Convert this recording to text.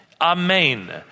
amen